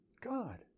God